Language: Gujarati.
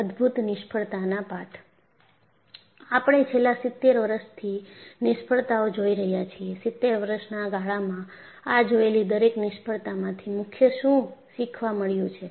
અદભુત નિષ્ફળતાના પાઠ આપણે છેલ્લા 70 વર્ષથી નિષ્ફળતાઓ જોઈ રહ્યા છીએ 70 વર્ષના ગાળામાંઆ જોયેલી દરેક નિષ્ફળતામાંથી મુખ્ય શું શીખવા મળ્યું છે